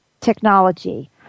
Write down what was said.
technology